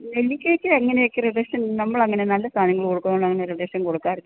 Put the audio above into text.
നെല്ലിക്കക്ക് എങ്ങനെയാണ് വെച്ചാൽ പക്ഷേ നമ്മളങ്ങനെ നല്ല സാധനങ്ങൾ കൊടുക്കുന്നതു കൊണ്ടങ്ങനെ റിഡക്ഷൻ കൊടുക്കാറില്ല